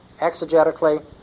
exegetically